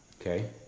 Okay